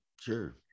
Sure